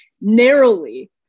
narrowly